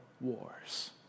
wars